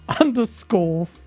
underscore